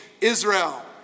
Israel